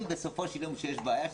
כשיודעים בסופו של יום שיש בעיה,